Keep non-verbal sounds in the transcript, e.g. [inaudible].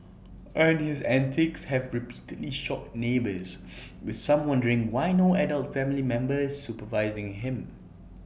and his antics have repeatedly shocked neighbours [noise] with some wondering why no adult family member supervising him